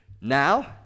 now